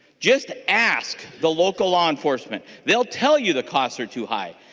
just ask the local law enforcement. they will tell you the costs are too high.